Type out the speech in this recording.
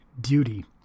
duty